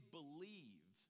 believe